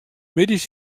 middeis